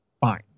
fine